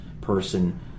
person